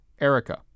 Erica